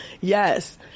Yes